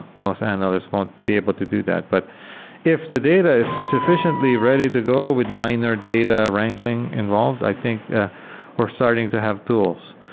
most analysts won't be able to do that, but if the data is sufficiently ready to go with minor minor data wrangling involved, i think we're starting to have tools.